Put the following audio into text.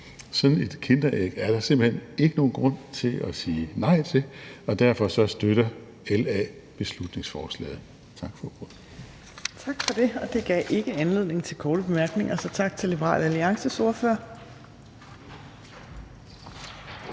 Sådan et kinderæg er der simpelt hen ikke nogen grund til at sige nej til, og derfor støtter LA beslutningsforslaget. Tak for ordet. Kl. 16:25 Fjerde næstformand (Trine Torp): Tak for det. Det gav ikke anledning til korte bemærkninger, så tak til Liberal Alliances ordfører.